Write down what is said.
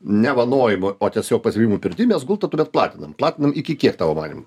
nevanojimui o tiesiog pasirinkom pirty mes gultą tuomet platinam platinam iki kiek tavo manymu